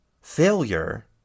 failure